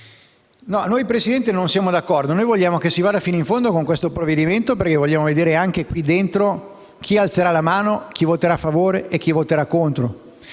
Signora Presidente, noi non siamo d'accordo e vogliamo che si vada fino in fondo con questo provvedimento perché vogliamo vedere anche in questa sede chi alzerà la mano, chi voterà a favore e chi voterà contro